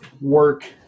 work